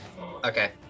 Okay